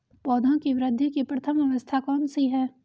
पौधों की वृद्धि की प्रथम अवस्था कौन सी है?